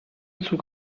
zug